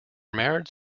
marriage